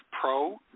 pro